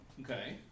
Okay